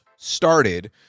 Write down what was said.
started